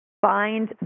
find